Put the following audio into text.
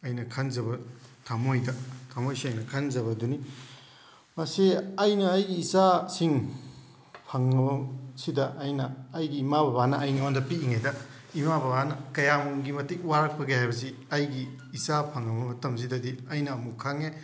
ꯑꯩꯅ ꯈꯟꯖꯕ ꯊꯝꯃꯣꯏꯗ ꯊꯝꯃꯣꯏ ꯁꯦꯡꯅ ꯈꯟꯖꯕꯗꯨꯅꯤ ꯃꯁꯤ ꯑꯩꯅ ꯑꯩꯒꯤ ꯏꯆꯥꯁꯤꯡ ꯐꯪꯕꯁꯤꯗ ꯑꯩꯅ ꯑꯩꯒꯤ ꯏꯃꯥ ꯕꯥꯕꯅ ꯑꯩꯉꯣꯟꯗ ꯄꯤꯛꯏꯉꯩꯗ ꯏꯃꯥ ꯕꯥꯕꯅ ꯀꯌꯥꯝꯒꯤ ꯃꯇꯤꯛ ꯋꯥꯔꯛꯄꯒꯦ ꯍꯥꯏꯕꯁꯤ ꯑꯩꯒꯤ ꯏꯆꯥ ꯐꯪꯉꯕ ꯃꯇꯝꯁꯤꯗꯗꯤ ꯑꯩꯅ ꯑꯃꯨꯛ ꯈꯪꯉꯦ